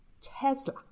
Tesla